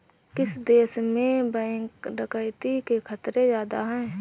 किस देश में बैंक डकैती के खतरे ज्यादा हैं?